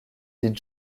dit